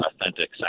authentic